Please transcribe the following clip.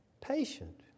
patient